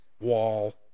wall